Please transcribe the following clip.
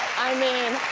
i mean,